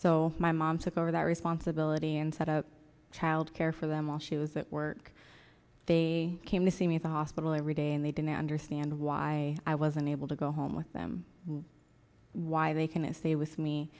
so my mom took over that responsibility and set up childcare for them while she was that work they came to see me at the hospital every day and they didn't understand why i was unable to go home with them why they can stay with me